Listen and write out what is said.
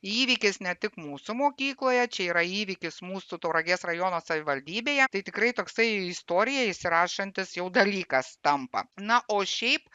įvykis ne tik mūsų mokykloje čia yra įvykis mūsų tauragės rajono savivaldybėje tai tikrai toksai į istoriją įsirašantis jau dalykas tampa na o šiaip